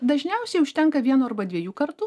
dažniausiai užtenka vieno arba dviejų kartų